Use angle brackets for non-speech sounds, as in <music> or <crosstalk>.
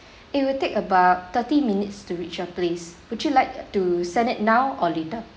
<breath> it will take about thirty minutes to reach your place would you like uh to send it now or later